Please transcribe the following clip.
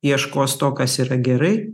ieškos to kas yra gerai